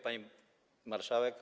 Pani Marszałek!